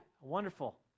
Wonderful